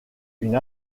une